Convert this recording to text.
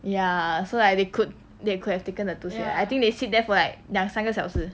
ya so like they could they could have taken the two seat I think they sit there for like 两三个小时